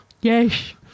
yes